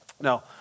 Now